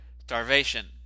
Starvation